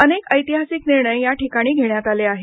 अनेक ऐतिहासिक निर्णय या ठिकाणी घेण्यात आले आहेत